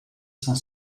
cinq